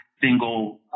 single